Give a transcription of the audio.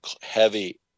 heavy